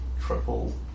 Triple